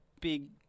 big